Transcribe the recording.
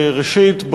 ראשית,